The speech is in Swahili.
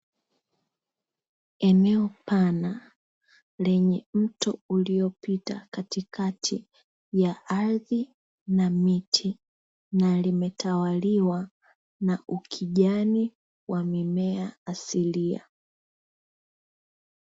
Eneo pana lenye mto uliopita katikati ya ardhi na miti, na limetawaliwa na ukijani wa mimea asilia.